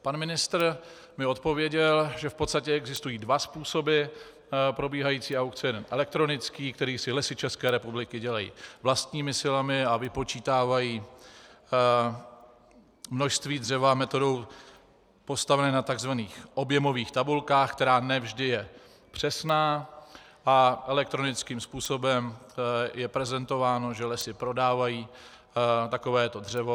Pan ministr mi odpověděl, že v podstatě existují dva způsoby probíhající aukce jeden elektronický, který si Lesy ČR dělají vlastními silami, a vypočítávají množství dřeva metodou postavenou na tzv. objemových tabulkách, která ne vždy je přesná, a elektronickým způsobem je prezentováno, že Lesy prodávají takovéto dřevo.